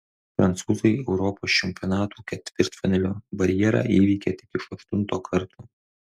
prancūzai europos čempionatų ketvirtfinalio barjerą įveikė tik iš aštunto karto